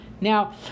Now